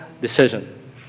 decision